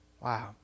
Wow